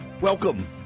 Welcome